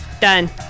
done